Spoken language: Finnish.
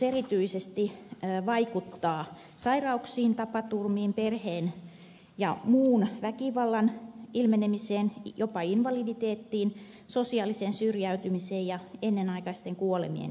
erityisesti riskikulutus vaikuttaa sairauksiin tapaturmiin perhe ja muun väkivallan ilmenemiseen jopa invaliditeettiin sosiaaliseen syrjäytymiseen ja ennenaikaisten kuolemien esiintymiseen